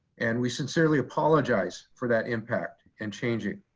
and we sincerely apologize for that impact and changing.